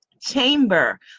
chamber